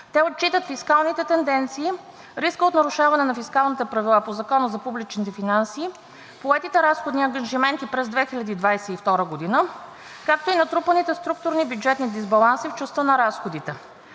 Те отчитат фискалните тенденции, риска от нарушаване на фискалните правила по Закона за публичните финанси, поетите разходни ангажименти през 2022 г., както и натрупаните структурни бюджетни дисбаланси в частта на разходите.